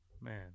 Man